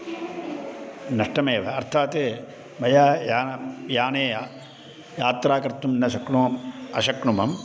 नष्टमेव अर्थात् मया यानं याने यात्रा कर्तुं न शक्नोमि आशक्नुमं